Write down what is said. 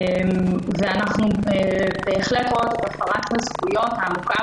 אנחנו בהחלט רואות את הפרת הזכויות העמוקה